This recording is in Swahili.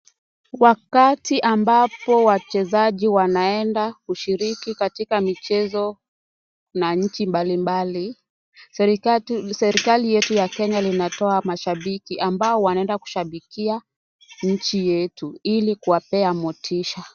Wakati ambapo wachezaji wanaenda kushiriki katika michezo na nchi mbalimbali ,serikali yetu ya Kenya inatoa mashabiki ambao wanaenda kushabikia inchi yetu ilikuwapea motisha.